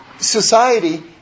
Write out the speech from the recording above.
society